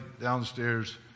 downstairs